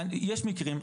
יש מקרים,